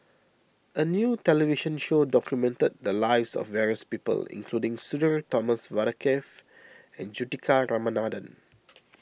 a new television show documented the lives of various people including Sudhir Thomas Vadaketh and Juthika Ramanathan